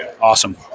Awesome